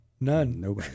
None